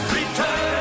Return